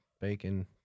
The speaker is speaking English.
bacon